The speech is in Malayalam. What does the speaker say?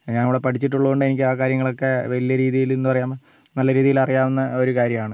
ഞാനവിടെ പഠിച്ചിട്ടുള്ളതു കൊണ്ട് എനിക്ക് ആ കാര്യങ്ങളൊക്കെ വലിയ രീതിയിൽ എന്താ പറയുക നല്ല രീതിയിലറിയാവുന്ന ഒരു കാര്യമാണ്